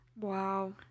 wow